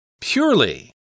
Purely